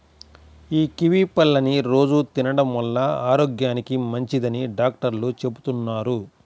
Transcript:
యీ కివీ పళ్ళని రోజూ తినడం వల్ల ఆరోగ్యానికి మంచిదని డాక్టర్లు చెబుతున్నారు